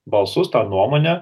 balsus tą nuomonę